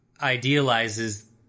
idealizes